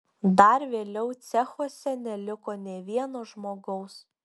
dar vėliau cechuose neliko nė vieno žmogaus